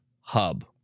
hub